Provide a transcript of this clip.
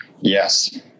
yes